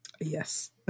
yes